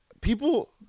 People –